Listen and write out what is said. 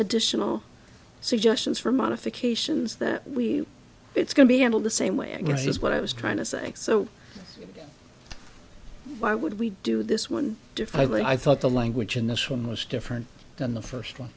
additional suggestions for modifications that we it's going to be handled the same way i guess is what i was trying to say so why would we do this one defiling i thought the language in this one was different than the first one